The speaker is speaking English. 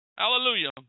Hallelujah